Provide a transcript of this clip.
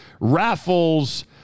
raffles